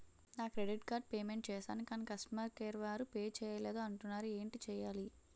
నా credit card payment చేసాను కాని కస్టమర్ కేర్ వారు పే చేయలేదు అంటున్నారు ఏంటి చేయాలి?